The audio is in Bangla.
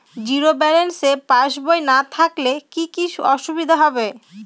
জিরো ব্যালেন্স পাসবই না থাকলে কি কী অসুবিধা হবে?